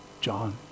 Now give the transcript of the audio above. John